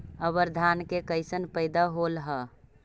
अबर धान के कैसन पैदा होल हा?